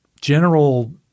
general